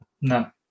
no